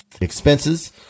expenses